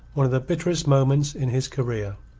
one of the bitterest moments in his career.